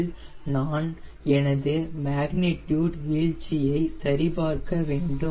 mill நான் எனது magnitude வீழ்ச்சியை சரிபார்க்க வேண்டும்